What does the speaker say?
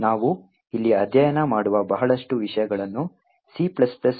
ನಾವು ಇಲ್ಲಿ ಅಧ್ಯಯನ ಮಾಡುವ ಬಹಳಷ್ಟು ವಿಷಯಗಳನ್ನು C ಬೈನರಿಗಳಿಗೂ ವಿಸ್ತರಿಸಬಹುದು